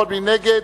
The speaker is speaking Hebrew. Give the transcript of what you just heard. מי נגד?